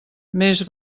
més